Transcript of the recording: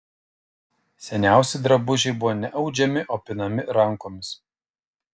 seniausi drabužiai buvo ne audžiami o pinami rankomis